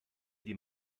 die